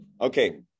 okay